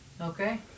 Okay